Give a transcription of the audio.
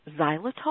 xylitol